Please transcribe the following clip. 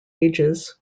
ages